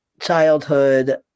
childhood